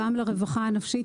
גם לרווחה הנפשית,